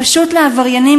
פשוט לעבריינים,